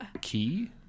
key